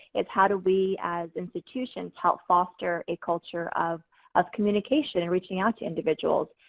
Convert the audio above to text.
is how do we as institutions help foster a culture of of communication and reaching out to individuals.